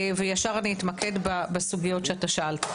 וישר אתמקד בסוגיות ששאלת.